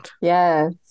Yes